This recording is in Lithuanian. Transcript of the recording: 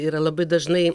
yra labai dažnai